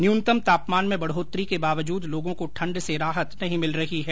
न्यूनतम तापमान में बढोतरी के बावजूद लोगो को ठण्ड से राहत नहीं मिल रही है